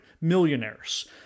Millionaires